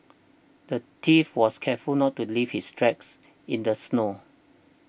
the thief was careful to not leave his tracks in the snow